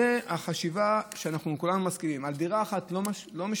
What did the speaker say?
זו החשיבה שאנחנו כולנו מסכימים עליה: על דירה אחת לא משלמים,